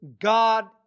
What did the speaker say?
God